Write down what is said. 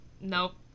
Nope